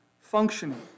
functioning